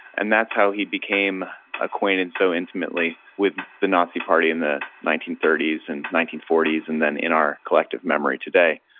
and that's how he became acquainted so intimately with the nazi party in the nineteen thirty s, and nineteen forty s, and then in our collective memory today,